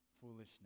foolishness